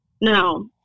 No